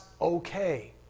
okay